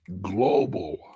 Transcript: global